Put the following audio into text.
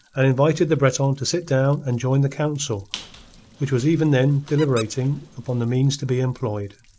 and invited the breton to sit down and join the council which was even then deliberating upon the means to be employed.